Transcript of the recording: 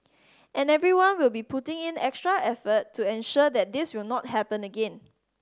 and everyone will be putting in extra effort to ensure that this will not happen again